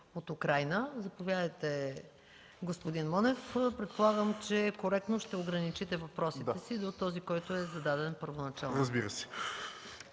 от Украйна. Заповядайте, господин Монев. Предполагам, че коректно ще ограничите въпросите си до този, който е зададен първоначално. ГАЛЕН